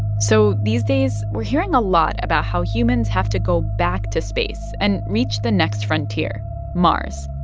so these days we're hearing a lot about how humans have to go back to space and reach the next frontier mars.